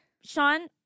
Sean